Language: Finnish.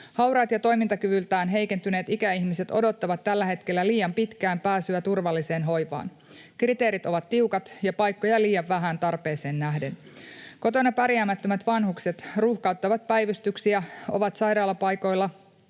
Hauraat ja toimintakyvyltään heikentyneet ikäihmiset odottavat tällä hetkellä liian pitkään pääsyä turvalliseen hoivaan. Kriteerit ovat tiukat ja paikkoja liian vähän tarpeeseen nähden. Kotona pärjäämättömät vanhukset ruuhkauttavat päivystyksiä ja ovat sairaalapaikoilla